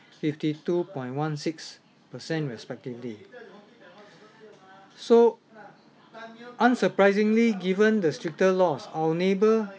fifty two point one six percent respectively so unsurprisingly given the stricter laws our neighbour